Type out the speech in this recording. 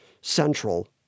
central